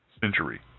Century